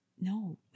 no